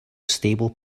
stable